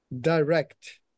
direct